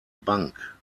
bank